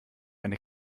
eine